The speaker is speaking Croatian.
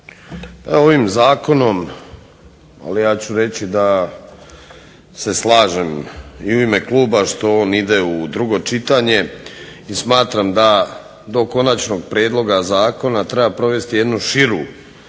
Ovim zakonom ali ja ću reći da se slažem i u ime kluba što on ide u drugo čitanje i smatram da do konačnog prijedloga zakona treba provesti jednu širu